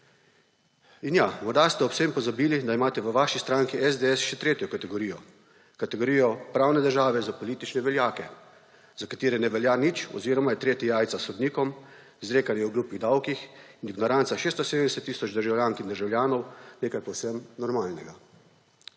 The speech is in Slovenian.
In ja, morda se ob vsem pozabili, da imate v vaši stranki SDS še tretjo kategorijo, kategorijo pravne države za politične veljake, za katere ne velja nič oziroma je tretje jajc sodnikom, izrekanje o glupih davkih in ignoranca 670 tisoč državljank in državljanov nekaj povsem normalnega.